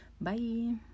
bye